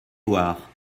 voir